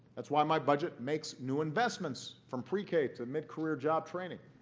that's why my budget makes new investments from pre-k to mid-career job training.